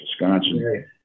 Wisconsin